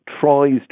tries